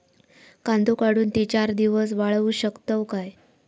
कांदो काढुन ती चार दिवस वाळऊ शकतव काय?